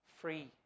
free